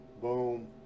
Boom